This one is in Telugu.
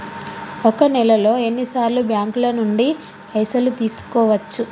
ఒక నెలలో ఎన్ని సార్లు బ్యాంకుల నుండి పైసలు తీసుకోవచ్చు?